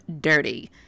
dirty